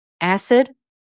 Acid